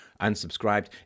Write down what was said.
unsubscribed